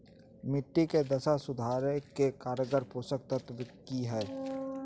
मिट्टी के दशा सुधारे के कारगर पोषक तत्व की है?